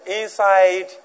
inside